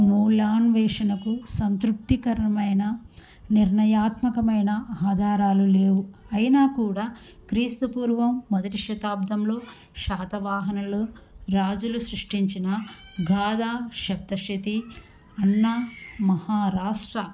మూలాన్వేషణకు సంతృప్తికరమైన నిర్ణయాత్మకమైన ఆధారాలు లేవు అయినా కూడా క్రీస్తుపూర్వం మొదటి శతాబ్దంలో శాతవాహనలు రాజులు సృష్టించిన గాాదా శతశతి అన్న మహారాష్ట్ర